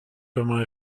comment